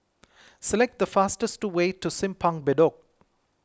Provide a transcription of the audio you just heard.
select the fastest way to Simpang Bedok